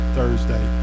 Thursday